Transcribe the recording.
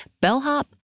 bellhop